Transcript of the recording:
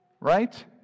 Right